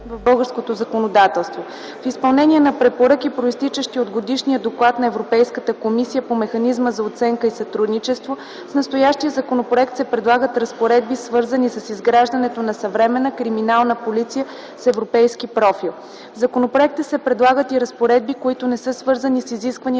в българското законодателство. В изпълнение на препоръки, произтичащи от Годишния доклад на Европейската комисия по механизма за оценка и сътрудничество, с настоящия законопроект се предлагат разпоредби, свързани с изграждането на съвременна криминална полиция с европейски профил. В законопроекта се предлагат и разпоредби, които не са свързани с изискванията